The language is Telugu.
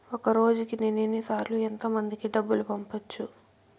ఒక రోజుకి నేను ఎన్ని సార్లు ఎంత మందికి డబ్బులు పంపొచ్చు?